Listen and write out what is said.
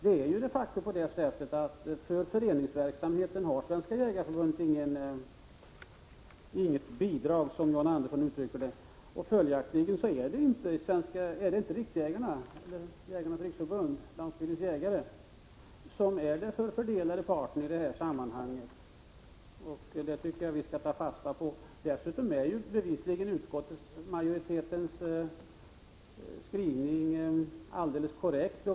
Det är de facto så att för föreningsverksamhet har Svenska jägareförbundet inget bidrag, som John Andersson uttrycker det. Följaktligen är det inte Jägarnas riksförbund-Landsbygdens jägare som är den förfördelade parten. Det tycker jag att vi skall ta fasta på. Dessutom är bevisligen utskottsmajoritetens skrivning helt korrekt.